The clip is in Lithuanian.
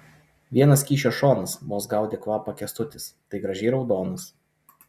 vienas kyšio šonas vos gaudė kvapą kęstutis tai gražiai raudonas